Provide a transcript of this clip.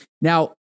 Now